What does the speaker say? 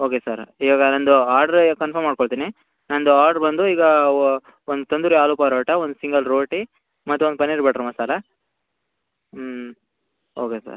okay sir ಇವಾಗ ನಂದು order confirm ಮಾಡ್ಕೊಳ್ತೀನಿ ನಂದು ಆರ್ಡ್ರ್ ಬಂದು ಈಗ ಒಂದು ತಂದೂರಿ ಆಲೂ ಪರೋಟ ಒಂದು ಸಿಂಗಲ್ ರೋಟಿ ಮತ್ತೊಂದು ಪನ್ನೀರ್ ಬಟ್ರ್ ಮಸಾಲ ಹ್ಞೂ ಓಕೆ ಸರ್